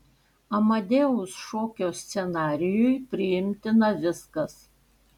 amadeus šokio scenarijui priimtina viskas